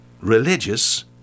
religious